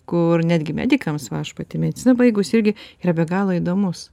kur netgi medikams va aš pati mediciną baigus irgi yra be galo įdomus